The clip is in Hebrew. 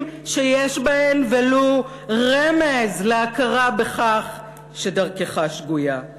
שיש בהן ולו רמז להכרה בכך שדרכך שגויה.